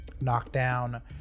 Knockdown